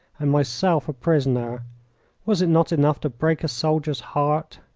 and myself a prisoner was it not enough to break a soldier's heart?